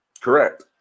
Correct